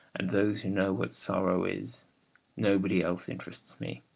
and those who know what sorrow is nobody else interests me.